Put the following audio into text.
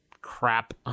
crap